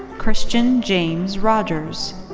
christian james rogers.